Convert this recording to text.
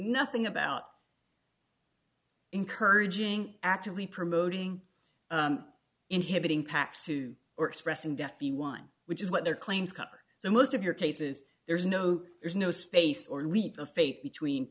nothing about encouraging actively promoting inhibiting pacts to or expressing death be one which is what their claims cover so most of your cases there's no there's no space or leap of faith between